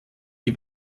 die